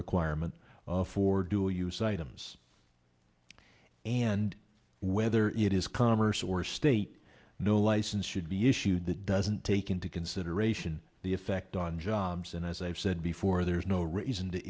requirement for dual use items and whether it is commerce or state no license should be issued that doesn't take into consideration the effect on jobs and as i've said before there's no reason to